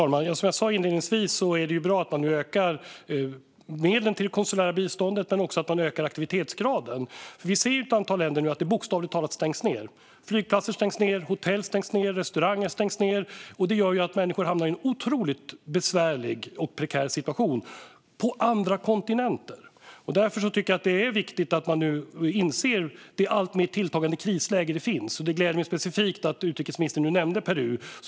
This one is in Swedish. Fru talman! Som jag sa inledningsvis är det bra att man nu ökar medlen till det konsulära biståndet. Det är bra att man också ökar aktivitetsgraden. Vi ser ju att ett antal länder nu bokstavligt talat stängs ned. Flygplatser stängs ned, hotell stängs ned och restauranger stängs ned. Det gör att människor hamnar i en otroligt besvärlig och prekär situation på andra kontinenter. Därför tycker jag att det är viktigt att man nu inser det alltmer tilltagande krisläge som finns. Det gläder mig särskilt att utrikesministern nu nämnde Peru.